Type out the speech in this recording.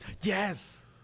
Yes